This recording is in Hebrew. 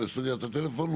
וסוגר את הטלפון?